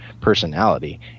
personality